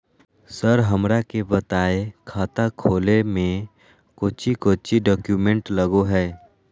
Sir हमरा के बताएं खाता खोले में कोच्चि कोच्चि डॉक्यूमेंट लगो है?